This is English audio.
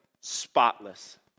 spotless